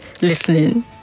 listening